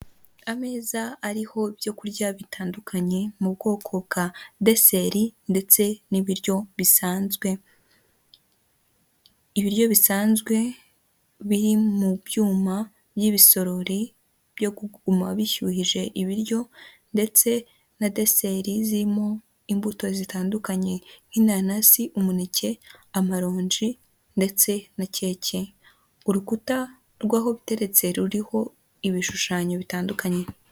Ameza ariho ibyokurya bitandukanye mu bwoko bwa deseri ndetse n'ibiryo bisanzwe, ibiryo bisanzwe biri mu byuma n'ibisorori byo kuguma bishyuhije ibiryo ndetse nadesteri zirimo imbuto zitandukanye nk'inanasi umuneke, amaronji ndetse na keke, urukuta rw'ahobiteretse ruriho ibishushanyo bitandukanye.